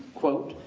quote,